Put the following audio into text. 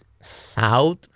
south